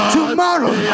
Tomorrow